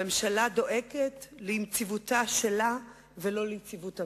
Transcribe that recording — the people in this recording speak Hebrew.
הממשלה דואגת ליציבותה שלה ולא ליציבות המשק.